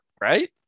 right